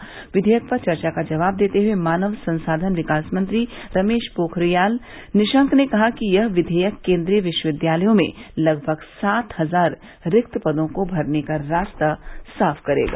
क्वियक पर चर्चा का जवाब देते हुए मानव संसाधन विकास मंत्री रमेश पोखरियाल निशंक ने कहा कि यह विधेयक केंद्रीय विश्वविद्यालयों में लगभग सात हजार रिक्त पदों को भरने का रास्ता साफ करेगा